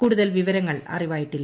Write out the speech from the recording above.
കൂടുതൽ വിവരങ്ങൾ അറിവായിട്ടില്ല